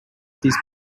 these